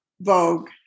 Vogue